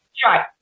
try